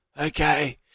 okay